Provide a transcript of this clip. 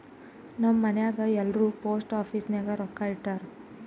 ನಮ್ ಮನ್ಯಾಗ್ ಎಲ್ಲಾರೂ ಪೋಸ್ಟ್ ಆಫೀಸ್ ನಾಗ್ ರೊಕ್ಕಾ ಇಟ್ಟಾರ್